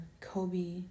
Kobe